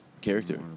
character